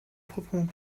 proprement